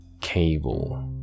Cable